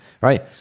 right